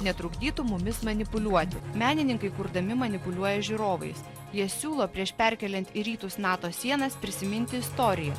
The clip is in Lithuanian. netrukdytų mumis manipuliuoti menininkai kurdami manipuliuoja žiūrovais jie siūlo prieš perkeliant į rytus nato sienas prisiminti istoriją